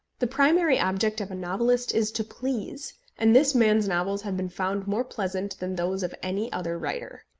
the primary object of a novelist is to please and this man's novels have been found more pleasant than those of any other writer.